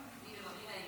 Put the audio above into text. כמה יש, אדוני?